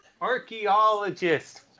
Archaeologist